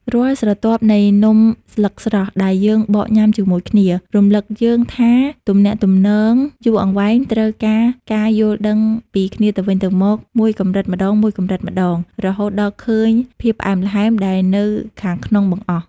រាល់ស្រទាប់នៃនំស្លឹកស្រស់ដែលយើងបកញ៉ាំជាមួយគ្នា រំលឹកយើងថាទំនាក់ទំនងយូរអង្វែងត្រូវការការយល់ដឹងពីគ្នាទៅវិញទៅមកមួយកម្រិតម្ដងៗ រហូតដល់ឃើញភាពផ្អែមល្ហែមដែលនៅខាងក្នុងបង្អស់។